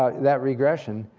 ah that regression,